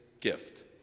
gift